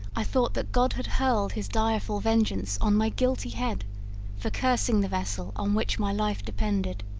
i thought that god had hurled his direful vengeance on my guilty head for cursing the vessel on which my life depended.